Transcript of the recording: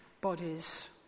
bodies